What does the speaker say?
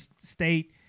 state